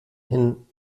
hin